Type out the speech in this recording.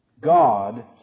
God